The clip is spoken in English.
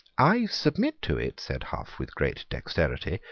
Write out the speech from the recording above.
i submit to it, said hough with great dexterity,